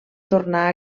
tornar